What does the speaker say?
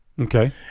Okay